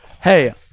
Hey